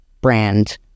brand